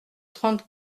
trente